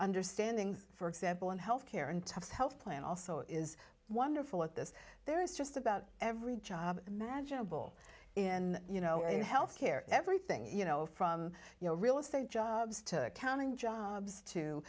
understanding for example and health care and health plan also is wonderful at this there is just about every job imaginable in health care everything you know from you know real estate jobs to accounting jobs to